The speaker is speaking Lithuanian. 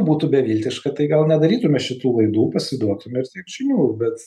būtų beviltiška tai gal nedarytume šitų laidų pasiduotume ir tiek žinių bet